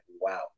wow